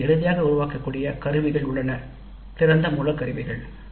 இதன் மூலம் எளிமையாக அதை உருவாக்கலாம் திறந்த மூல கருவிகள்